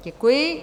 Děkuji.